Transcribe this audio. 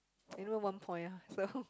below one point so